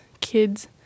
kids